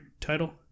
title